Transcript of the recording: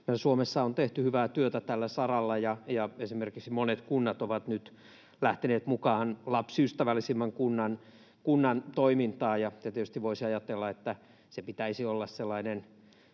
Suomessa on tehty hyvää työtä tällä saralla. Esimerkiksi monet kunnat ovat nyt lähteneet mukaan Lapsiystävällisen kunnan toimintaan. Tietysti voisi ajatella, että sen pitäisi olla sellainen